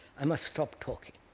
i must stop talking.